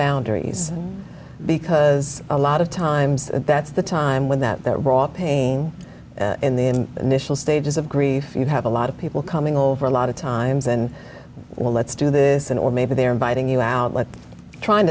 boundaries because a lot of times that's the time when that pain in the initial stages of grief you have a lot of people coming over a lot of times and well let's do this and or maybe they are inviting you out trying